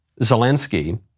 Zelensky